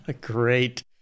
Great